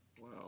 Wow